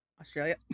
Australia